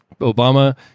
Obama